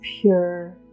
pure